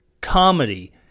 comedy